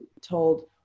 told